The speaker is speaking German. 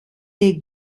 der